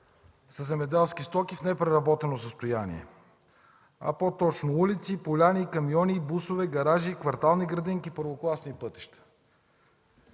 земеделски стоки в непреработено състояние, а по-точно улици, камиони, поляни, бусове, гаражи, квартални градинки, първокласни пътища?!